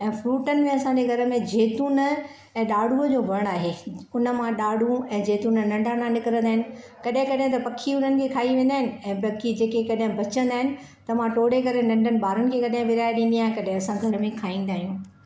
ऐं फ्रूटन में असांजे घर में जेतून ऐं ॾाढ़ूअ जो वणु आहे हुन मां ॾाढ़ू ऐं जेतून नंढा न निकिरंदा आहिनि कॾहिं कॾहिं त पखी हुननि खे खाई वेंदा आहिनि ऐं पखी जेके कॾहिं बचंदा आहिनि त मां टोड़े करे नंढनि ॿारनि खे कॾहिं विरहाइ ॾींदी आहियां कॾहिं असां घर में खाईंदा आहियूं